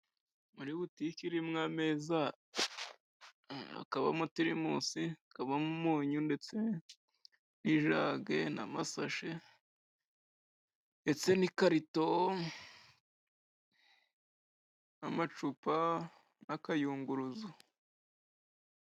Muri butike irimo ameza, akabamo tirimusi akabamo umunyu, ndetse n'ijage n'amasashe ndetse n'ikarito n'amacupa n'akayunguruzo.